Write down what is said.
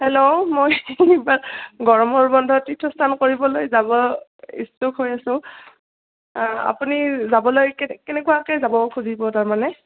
hello গৰমৰ বন্ধত তীৰ্থস্থান কৰিবলৈ যাব ইচ্ছুক হৈ আছোঁ আপুনি যাবলৈ কে কেনেকুৱাকৈ যাব খুজিব তাৰমানে